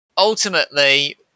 Ultimately